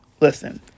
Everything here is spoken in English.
Listen